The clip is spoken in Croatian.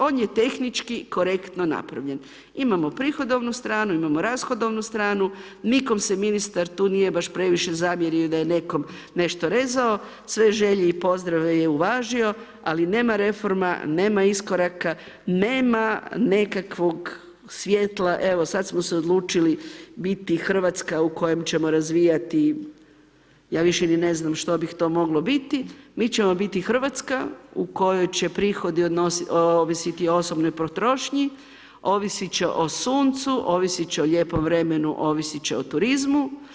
On je tehnički korektno napravljen, imamo prihodovnu stranu, imamo rashodnomu stranu, nikom se ministar tu nije, baš previše zamjerio, da nje netko nešto rezao, sve želje i pozdrave je uvažio, ali nema reforma, nema iskoraka, nema nekakvog svjetla, evo sada smo se odlučili biti Hrvatska u kojem ćemo razvijati, ja više ni ne znam što bi to moglo biti, mi ćemo biti Hrvatska, u kojoj će prihodi ovisiti o osobnoj potrošnji, ovisit će o suncu, ovisit će o lijepom vremenu, ovisiti će o turizmu.